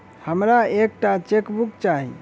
हमरा एक टा चेकबुक चाहि